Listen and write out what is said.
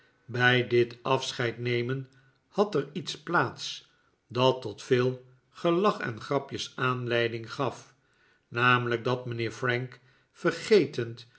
bij dit afscheidnemen had er iets plaats dat tot veel gelach en grapjes aanleiding gaf namelijk dat mijnheer frank vergetend